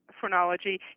phrenology